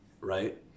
right